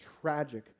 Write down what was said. tragic